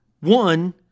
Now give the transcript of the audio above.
One